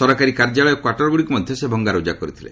ସରକାରୀ କାର୍ଯ୍ୟାଳୟ ଓ କ୍ୱାଟରଗୁଡ଼ିକୁ ମଧ୍ୟ ସେ ଭଙ୍ଗାରୁଜା କରିଥିଲେ